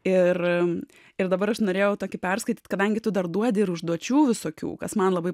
ir ir dabar aš norėjau tokį perskaityti kadangi tu dar duodi ir užduočių visokių kas man labai